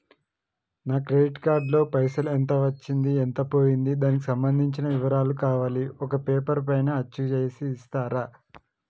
నా credit card లో పైసలు ఎంత వచ్చింది ఎంత పోయింది దానికి సంబంధించిన వివరాలు కావాలి ఒక పేపర్ పైన అచ్చు చేసి ఇస్తరా?